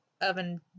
Oven